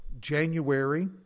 january